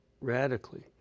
radically